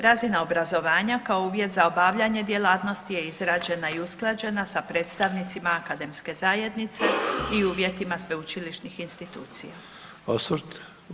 Razina obrazovanja kao uvjet za obavljanje djelatnosti je izrađena i usklađena sa predstavnicima akademske zajednice i uvjetima sveučilišnih institucija.